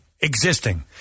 existing